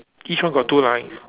each one got two lines